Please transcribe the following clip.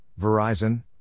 Verizon